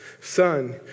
Son